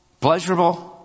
pleasurable